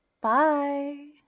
Bye